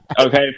Okay